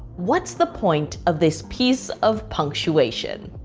what's the point of this piece of punctuation.